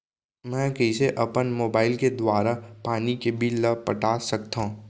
मैं कइसे अपन मोबाइल के दुवारा पानी के बिल ल पटा सकथव?